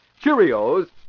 Cheerios